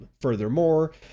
Furthermore